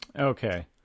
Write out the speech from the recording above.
Okay